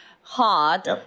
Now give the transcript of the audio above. hard